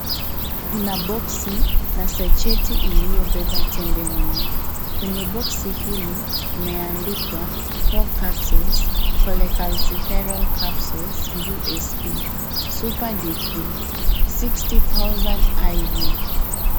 Kuna boxi na sajeti iliyobeba tembe nne. Kwenye boxi hili, imeandikwa " Four Capsules Colle calsi viral capsules Usp, super D3, 60,000IU ".